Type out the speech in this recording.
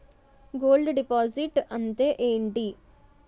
Gold deposit అంతే ఎంటి?